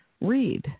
read